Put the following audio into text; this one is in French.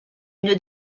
une